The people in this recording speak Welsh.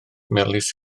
melys